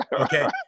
okay